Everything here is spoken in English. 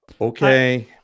okay